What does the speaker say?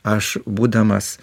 aš būdamas